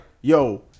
yo